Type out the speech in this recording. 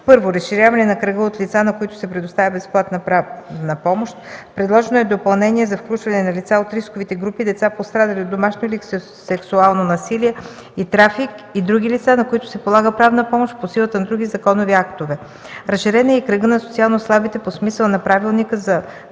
Първо, разширяване на кръга от лица, на които се предоставя безплатна правна помощ. Предложено е допълнение за включване на лица от рисковите групи, деца пострадали от домашно или сексуално насилие и трафик и други лица, на които се полага правна помощ по силата на други законови актове. Разширен е и кръгът на социално слабите по смисъла на Правилника за